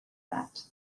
that